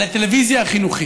על הטלוויזיה החינוכית.